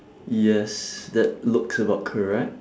yes that looks about correct